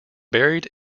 buried